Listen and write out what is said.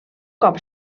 cop